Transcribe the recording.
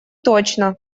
точно